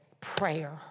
prayer